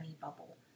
bubble